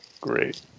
Great